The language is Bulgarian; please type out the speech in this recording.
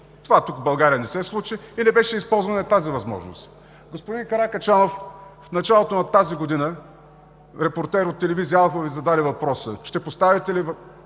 Това тук, в България, не се случи и не беше използвана тази възможност. Господин Каракачанов, в началото на тази година репортер от телевизия „Алфа“ Ви зададе въпроса: ще поставите ли